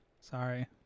Sorry